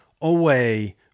away